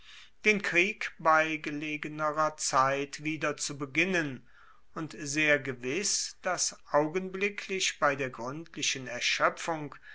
den krieg bei gelegenerer zeit wieder zu beginnen und sehr gewiss dass augenblicklich bei der gruendlichen erschoepfung